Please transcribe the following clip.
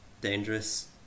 dangerous